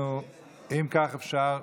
אם כך, אפשר,